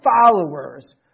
followers